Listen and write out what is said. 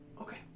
Okay